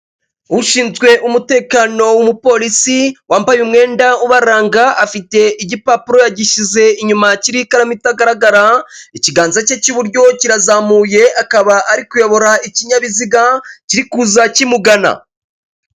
Ushinzwe umutekano umuporisi wambaye umwenda ubaranga afite igipapuro yagishyize inyuma hari n'ikaramu itagaragara ikiganza cye cy'iburyo kirazamuye akaba ari kuyobora ikinyabiziga kirikuza kumugana.